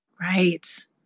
Right